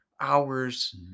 hours